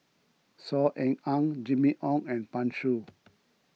Saw Ean Ang Jimmy Ong and Pan Shou